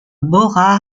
bora